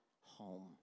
home